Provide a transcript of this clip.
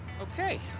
Okay